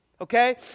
Okay